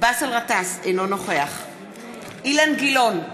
באסל גטאס, אינו נוכח אילן גילאון,